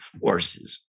forces